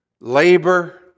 Labor